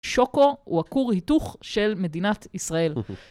שוקו הוא הכור היתוך של מדינת ישראל.